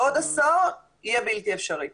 אז בעוד עשור יהיה בלתי אפשרי.